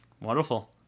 Wonderful